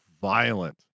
violent